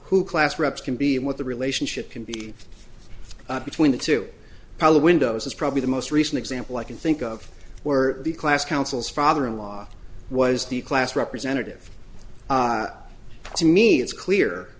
who class reps can be and what the relationship can be between the two probably windows is probably the most recent example i can think of where the class council's father in law was the class representative to me it's clear